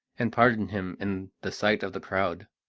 and pardoned him in the sight of the crowd.